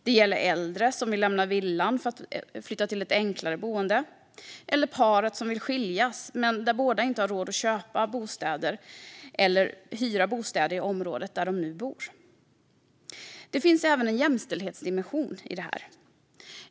Det gäller äldre som vill lämna villan för att flytta till ett enklare boende, och det gäller paret som vill skiljas men där båda inte har råd att köpa eller hyra bostäder i området där de bor. Det finns även en jämställdhetsdimension i detta.